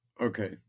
Okay